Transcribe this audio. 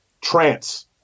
trance